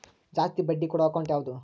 ಜಾಸ್ತಿ ಬಡ್ಡಿ ಕೊಡೋ ಅಕೌಂಟ್ ಯಾವುದು?